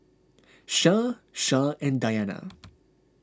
Shah Shah and Dayana